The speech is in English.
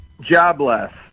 jobless